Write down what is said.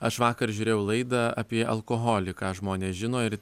aš vakar žiūrėjau laidą apie alkoholį ką žmonės žino ir